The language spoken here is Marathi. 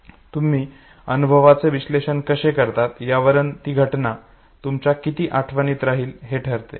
म्हणजे तुम्ही अनुभवाचे विश्लेषण कसे करतात त्यावर ती घटना तुमच्या किती आठवणीत राहील हे ठरते